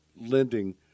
lending